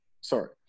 sorry